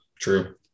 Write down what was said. True